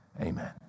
amen